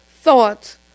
thoughts